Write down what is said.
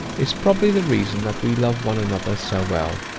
is probably the reason that we love one another so well,